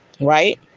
right